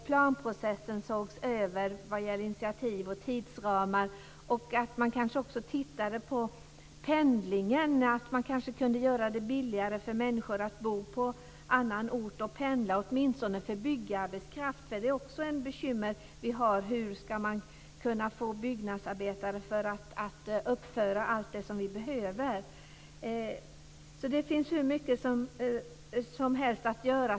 Planprocessen skulle behöva ses över vad gäller initiativ och tidsramar. Man kan kanske också titta på t.ex. pendlingen. Man kanske kan göra det billigare för människor att bo på annan ort och pendla, åtminstone för byggarbetskraft. Det är också ett bekymmer vi har; hur man ska kunna få byggnadsarbetare för att kunna uppföra allt det som vi behöver? Det finns alltså hur mycket som helst att göra.